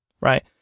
right